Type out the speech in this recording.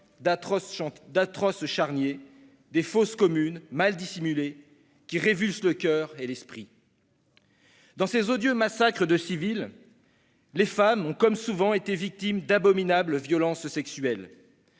d'atroces charniers, des fosses communes mal dissimulées, qui révulsent le coeur et l'esprit. Dans ces odieux massacres de civils, les femmes ont, comme souvent, été victimes d'abominables violences sexuelles.